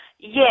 Yes